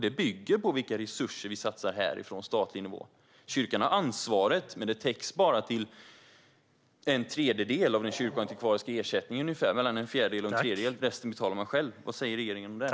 Det bygger på vilka resurser vi satsar här ifrån statlig nivå. Kyrkan har ansvaret, men det täcks bara till ungefär från en fjärdedel till en tredjedel av den kyrkoantikvariska ersättningen. Resten betalar den själv. Vad säger regeringen om det?